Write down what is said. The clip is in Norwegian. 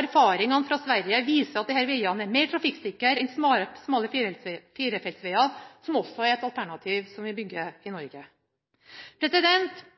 Erfaringene fra Sverige viser at disse vegene er mer trafikksikre enn smale firefeltsveger, som også er et alternativ som vi bygger i